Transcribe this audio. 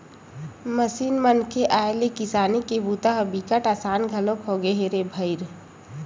machine मन के आए ले किसानी के बूता ह बिकट असान घलोक होगे हे भईर